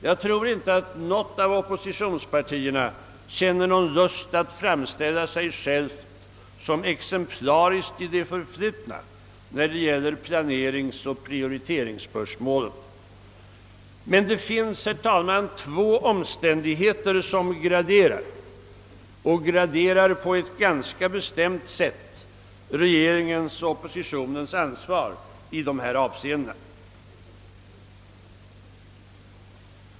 Jag tror inte att något av oppositionspartierna känner någon lust att framställa sig självt som exemplariskt i det förflutna när det gäl ier planeringsoch prioriteringsspörsmålen. Men det finns, herr talman, två omständigheter som på ett ganska bestämt sätt graderar regeringens och oppositionens ansvar i dessa avseenden.